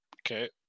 Okay